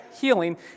healing